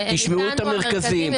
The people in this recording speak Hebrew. תשמעו את המרכזים.